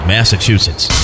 Massachusetts